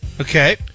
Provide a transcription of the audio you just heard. Okay